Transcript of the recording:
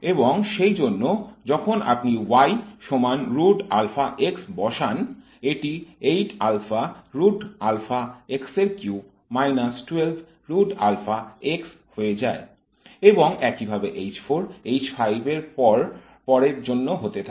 এবং সেইজন্য যখন আপনি y সমান বসান এটি হয়ে যায় এবং একইভাবে H 4 H 5 পর পর হতে থাকে